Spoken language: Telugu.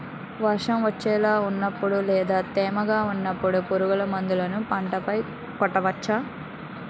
వర్షం వచ్చేలా వున్నపుడు లేదా తేమగా వున్నపుడు పురుగు మందులను పంట పై కొట్టవచ్చ?